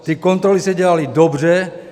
Ty kontroly se dělaly dobře.